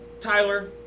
Tyler